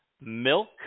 milk